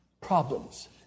problems